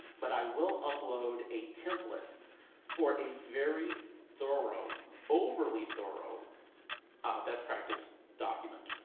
but i will upload a template for a very thorough overly thorough best practice document.